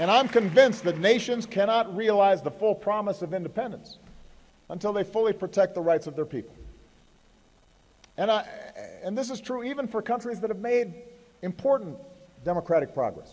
and i'm convinced that nations cannot realize the full promise of independence until they fully protect the rights of their people and i and this is true even for countries that have made important democratic progress